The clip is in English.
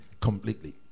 completely